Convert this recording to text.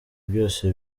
byose